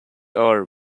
are